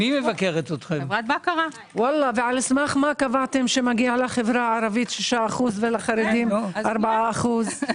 ועל סמך מה קבעתם שמגיע לחברה הערבית 6% ולחרדים 4%?